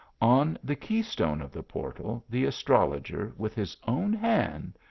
on the key-stone of the portal the astrologer, with his own hand,